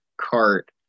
cart